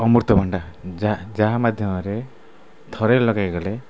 ଅମୃତଭଣ୍ଡା ଯାହା ଯାହା ମାଧ୍ୟମରେ ଥରେ ଲଗେଇ ଗଲେ